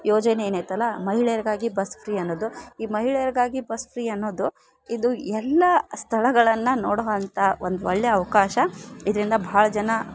ಯೋಜನೆ ಏನು ಅಯಿತಲ್ಲ ಮಹಿಳೆಯರಿಗಾಗಿ ಬಸ್ ಫ್ರೀ ಅನ್ನೋದು ಈ ಮಹಿಳೆಯರಿಗಾಗಿ ಬಸ್ ಫ್ರೀ ಅನ್ನೋದು ಇದು ಎಲ್ಲಾ ಸ್ಥಳಗಳನ್ನ ನೋಡುವಂಥಾ ಒಂದು ಒಳ್ಳೆಯ ಅವಕಾಶ ಇದರಿಂದ ಭಾಳ ಜನ